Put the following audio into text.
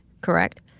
Correct